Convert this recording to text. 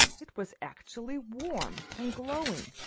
it was actually warm and glowing.